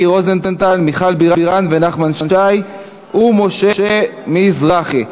מיקי רוזנטל, מיכל בירן, נחמן שי ומשה מזרחי.